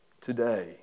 Today